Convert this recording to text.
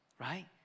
right